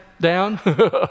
down